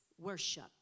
worship